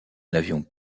n’avions